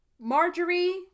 Marjorie